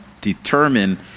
determine